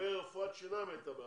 לגבי רפואת שיניים הייתה בעיה,